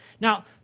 Now